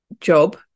job